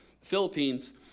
Philippines